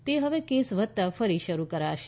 તે હવે કેસ વધતાં ફરી શરૂ કરાશે